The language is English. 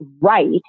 right